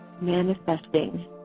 manifesting